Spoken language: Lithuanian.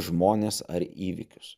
žmones ar įvykius